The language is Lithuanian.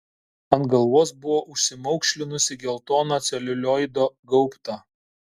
ant galvos buvo užsimaukšlinusi geltoną celiulioido gaubtą